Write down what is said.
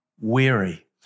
weary